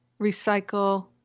recycle